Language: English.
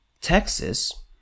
Texas